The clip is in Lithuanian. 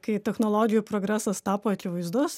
kai technologijų progresas tapo akivaizdus